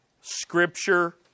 Scripture